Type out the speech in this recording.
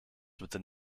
within